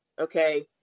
Okay